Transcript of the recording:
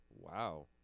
Wow